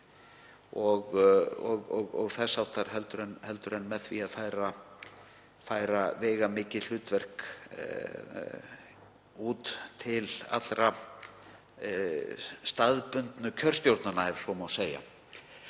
og þess háttar en með því að færa veigamikið hlutverk út til allra staðbundnu kjörstjórnanna, ef svo má segja.